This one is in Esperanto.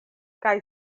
kaj